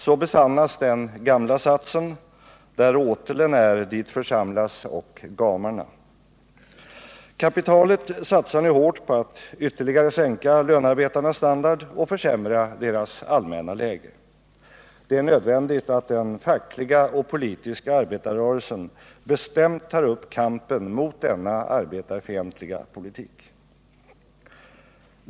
Så besannas den gamla satsen: ”Där åtelen är, dit församlas örnarna.” Kapitalet satsar nu hårt på att ytterligare sänka lönarbetarnas standard och försämra deras allmänna läge. Det är nödvändigt att den fackliga och politiska arbetarrörelsen bestämt tar upp kampen mot denna arbetarfientliga politik.